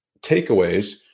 takeaways